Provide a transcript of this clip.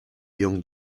young